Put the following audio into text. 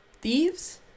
Thieves